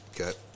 Okay